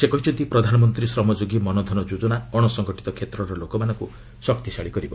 ସେ କହିଛନ୍ତି ପ୍ରଧାନମନ୍ତ୍ରୀ ଶ୍ରମ ଯୋଗୀ ମନ୍ଧନ୍ ଯୋଜନା ଅଣସଙ୍ଗଠିତ କ୍ଷେତ୍ରର ଲୋକମାନଙ୍କୁ ଶକ୍ତିଶାଳୀ କରିବ